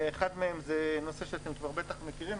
אחת מהן זה נושא שאתם בטח מכירים,